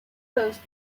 those